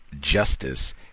justice